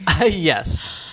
Yes